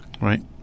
right